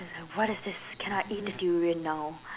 what is this can I eat the durian now